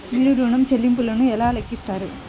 మీరు ఋణ ల్లింపులను ఎలా లెక్కిస్తారు?